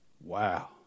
Wow